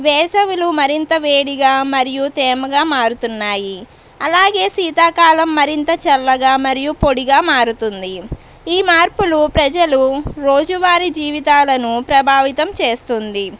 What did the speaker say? వేసవిలో మరింత వేడిగా మరియు తేమగా మారుతున్నాయి అలాగే శీతాకాలం మరింత చల్లగా మరియు పొడిగా మారుతుంది ఈ మార్పులు ప్రజలు రోజూ వారి జీవితాలను ప్రభావితం చేస్తుంది